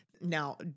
now